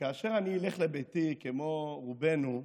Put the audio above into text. וכאשר אני אלך לביתי, כמו רובנו,